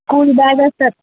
school bag असतात